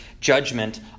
judgment